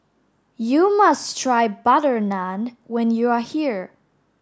you must try butter naan when you are here